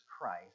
Christ